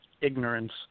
ignorance